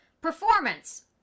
Performance